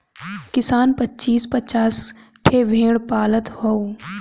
किसान पचीस पचास ठे भेड़ पालत हौ